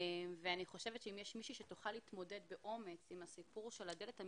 ואני חושבת שאם יש מישהי שתוכל להתמודד באומץ עם הסיפור של הדלת ה